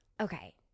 Okay